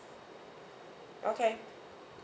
okay